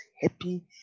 happy